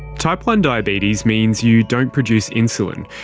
type one diabetes means you don't produce insulin,